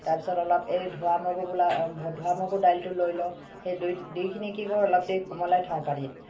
তাৰপাছত অলপ এই ধোৱা মগু বোলা ধোৱা মগু দাইলটো লৈ লওঁ সেই দুই দুইখিনি কি কৰোঁ কোমলাই থওঁ অলপ দেৰি পানীত